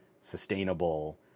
sustainable